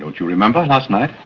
don't you remember last